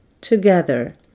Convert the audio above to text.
together